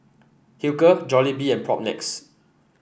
Hilker Jollibee and Propnex